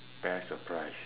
best surprise